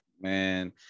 Man